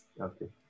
Okay